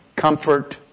comfort